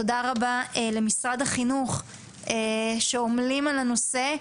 תודה רבה למשרד החינוך, שעומלים על הנושא.